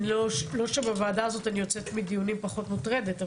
לא שמהוועדה הזאת אני יוצאת מדיונים פחות מוטרדת,